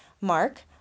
Mark